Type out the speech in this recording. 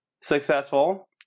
Successful